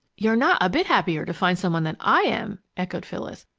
you're not a bit happier to find some one than i am! echoed phyllis.